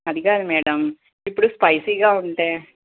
అది కాదు మేడం ఇప్పుడు స్పైసీగా ఉంటే